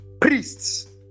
priests